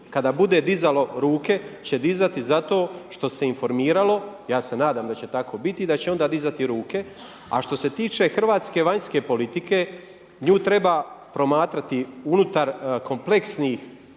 kada bude dizalo ruke će dizati zato što se informiralo, ja se nadam da će tako biti i da će onda dizati ruke. A što se tiče hrvatske vanjske politike nju treba promatrati unutar kompleksnih